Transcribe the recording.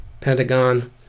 Pentagon